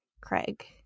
Craig